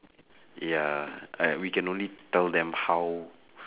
ya I we can only tell them how